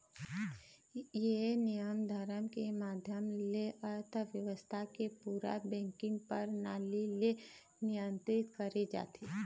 ये नियम धरम के माधियम ले अर्थबेवस्था के पूरा बेंकिग परनाली ले नियंत्रित करे जाथे